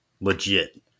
legit